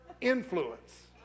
influence